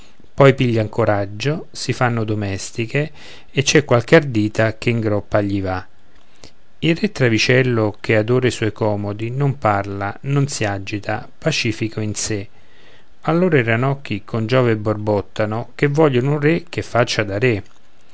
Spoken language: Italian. poi piglian coraggio si fanno domestiche e c'è qualche ardita che in groppa gli va il re travicello che adora i suoi comodi non parla non si agita pacifico in sé allora i ranocchi con giove borbottano ché vogliono un re che faccia da